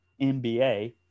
NBA